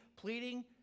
pleading